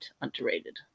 underrated